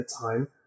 time